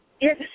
Yes